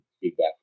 feedback